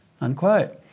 unquote